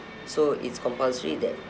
so it's compulsory that